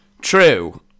True